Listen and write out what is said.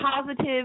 positive